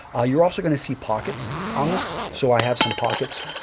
you're also going to see pockets on this, so i have some pockets.